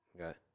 Okay